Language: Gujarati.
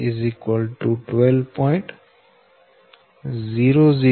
015 X 1214 12